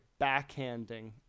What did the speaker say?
backhanding